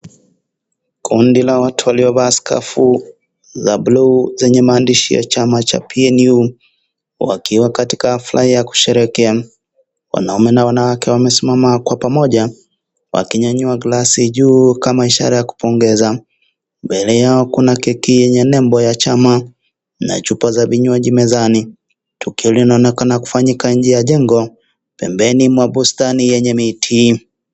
Kundi la watu waliovaa skafu la bluu zenye maandishi cha chama cha PNU wakiwa katika afraha ya kusherehekea. Wanaume na wanawake wamesimama kwa pamoja wakinyanyua glass juu kama ishara ya kupongeza. Mbele yake kuna keki yenye nembo ya chama na chupa za vinywaji mezani. Tukio linaonekana kufanyika nje ya jengo pembeni mwa bustani yenye miti.